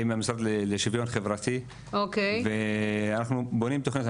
יש שיתוף פעולה עם המשרד לשוויון חברתי ואנחנו בונים תוכניות.